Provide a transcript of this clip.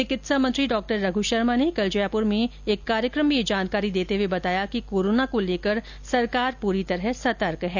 चिकित्सा मंत्री डॉ रघु शर्मा ने कल जयपुर में एक कार्यक्रम में यह जानकारी देते हुये बताया कि कोरोना को लेकर सरकार पूरी तरह सतर्क है